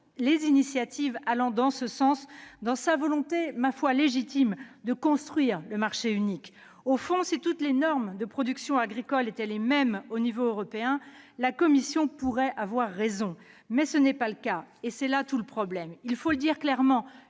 initiative allant dans ce sens, dans une volonté, certes légitime, de construire le marché unique. Au fond, si les normes de production agricole étaient identiques entre pays européens, la Commission pourrait avoir raison. Or tel n'est pas le cas : là est tout le problème. Il faut le dire clairement